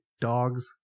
Dogs